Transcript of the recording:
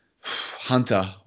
Hunter